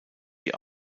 die